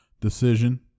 decision